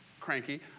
cranky